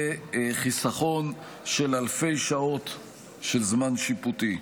וחיסכון של אלפי שעות של זמן שיפוטי.